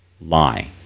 lie